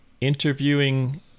interviewing